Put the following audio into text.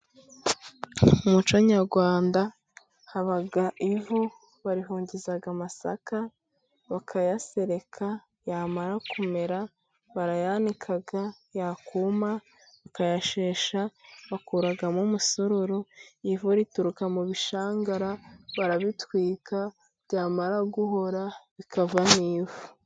Umuco nyarwanda haba ivu, barihungiza amasaka, bakayasereka, yamara kumera barayanika, yakuma bakayashesha, bakuramo umusururu, ivu rituruka mu bishangara; barabitwika byamara guhora bikavamo ivu.